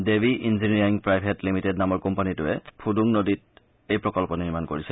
দেৱী engineering private limited নামৰ কোম্পানীটোৱে ফুডুং নদীত এই প্ৰকল্প নিৰ্মাণ কৰিছে